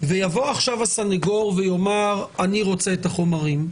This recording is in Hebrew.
ויבוא עכשיו הסנגור ויאמר: אני רוצה את החומרים,